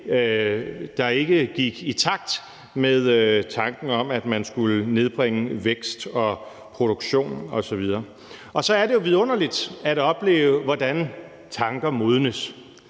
jo ikke gik i takt med tanken om, at man skulle nedbringe vækst og produktion osv. Så er det jo vidunderligt at opleve, hvordan tanker modnes.